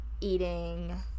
Eating